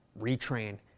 retrain